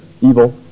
evil